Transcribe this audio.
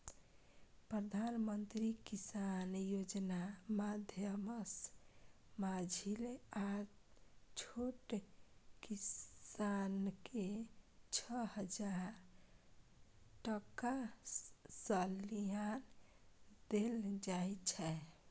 प्रधानमंत्री किसान योजना माध्यमसँ माँझिल आ छोट किसानकेँ छअ हजार टका सलियाना देल जाइ छै